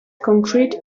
concrete